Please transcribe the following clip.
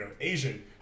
Asian